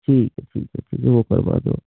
ठीक है ठीक है वो करवा दो